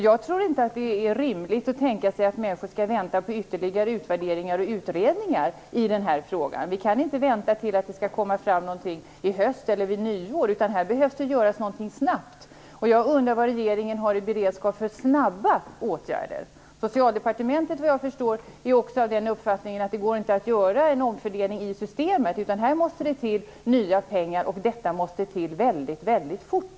Det är inte rimligt att tänka sig att människor skall vänta på ytterligare utvärderingar och utredningar i den här frågan. Vi kan inte vänta på att det skall komma fram någonting i höst eller vid nyår, utan det behöver göras någonting snabbt. Jag undrar vad regeringen har i beredskap för snabba åtgärder. Socialdepartementet har, såvitt jag förstår, uppfattningen att det inte går att göra en omfördelning i systemet, utan här måste det till nya pengar, och de måste till väldigt fort.